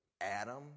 Adam